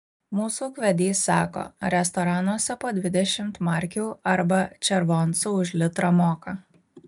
mūsų ūkvedys sako restoranuose po dvidešimt markių arba červoncų už litrą moka